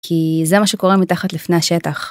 כי זה מה שקורה מתחת לפני השטח.